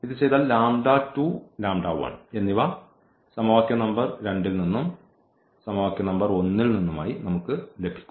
ഇത് ചെയ്താൽ എന്നിവ സമവാക്യ നമ്പർ 2 ൽ നിന്നും സമവാക്യ നമ്പർ 1 ൽ നിന്നും നമുക്ക് ലഭിക്കും